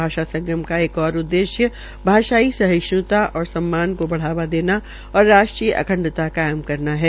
भाषा संगम का एक ओर उद्देश्य भाषाई सहिष्णुता और सम्मान को बढ़ाव देना और राष्ट्रीय अखंता को लाना है